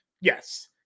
yes